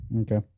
Okay